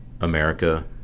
America